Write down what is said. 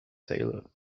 sale